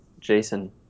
Jason